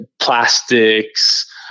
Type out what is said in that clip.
plastics